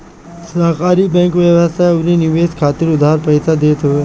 सहकारी बैंक व्यवसाय अउरी निवेश खातिर उधार पईसा देत हवे